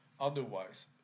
otherwise